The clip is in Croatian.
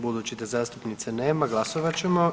Budući da zastupnice nema, glasovat ćemo.